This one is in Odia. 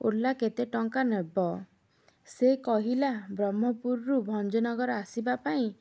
ଓଲା କେତେ ଟଙ୍କା ନେବ ସେ କହିଲା ବ୍ରହ୍ମପୁରରୁ ଭଞ୍ଜନଗର ଆସିବା ପାଇଁ